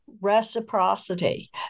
reciprocity